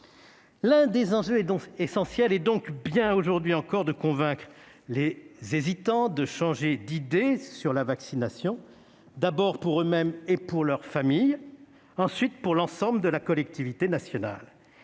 L'un des enjeux essentiels est donc bien aujourd'hui encore de convaincre les hésitants de changer d'idée sur la vaccination, d'abord pour eux-mêmes et pour leur famille, ensuite pour l'ensemble de la collectivité nationale.